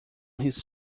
his